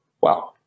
wow